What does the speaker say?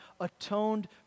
atoned